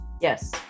Yes